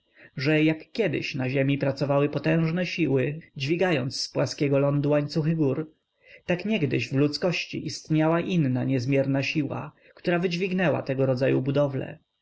że jak kiedyś na ziemi pracowały potężne siły dźwigając z płaskiego lądu łańcuchy gór tak kiedyś w ludzkości istniała inna niezmierna siła która wydźwignęła tego rodzaju budowle